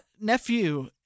nephew